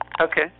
okay